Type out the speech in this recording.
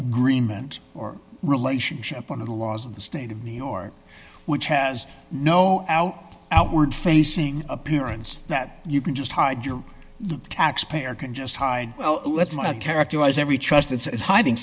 agreement or relationship one of the laws of the state of new york which has no out outward facing appearance that you can just hide your taxpayer can just hide well let's not characterize every trust that is hiding